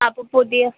അപ്പോൾ പുതിയ